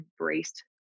embraced